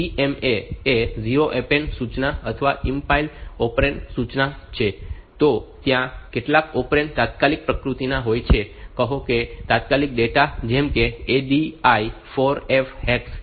જેથી CMA એ 0 operand સૂચના અથવા ઈમ્પ્લાઇડ ઓપરેન્ડ સૂચના છે તો ત્યાં કેટલાક ઓપરેન્ડ તાત્કાલિક પ્રકૃતિના હોય છે કહો કે તાત્કાલિક ડેટા જેમ કે ADI 4F હેક્સ